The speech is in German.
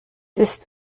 ist